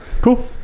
Cool